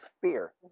fear